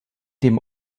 dem